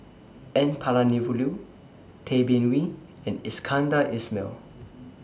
N Palanivelu Tay Bin Wee and Iskandar Ismail